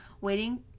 Waiting